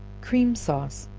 cream sauce.